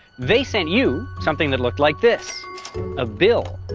they sent you something that looked like this a bill.